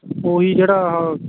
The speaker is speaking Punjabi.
ਉਹ ਹੀ ਜਿਹੜਾ ਆਹ